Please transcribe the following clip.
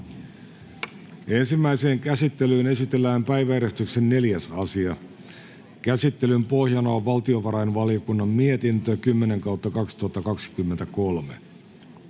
Ensimmäiseen käsittelyyn esitellään päiväjärjestyksen 4. asia. Käsittelyn pohjana on valtiovarainvaliokunnan mietintö VaVM 10/2023